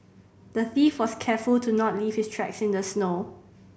the thief was careful to not leave his tracks in the snow